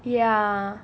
ya